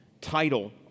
title